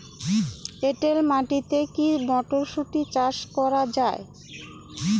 এটেল মাটিতে কী মটরশুটি চাষ করা য়ায়?